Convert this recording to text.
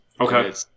Okay